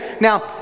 now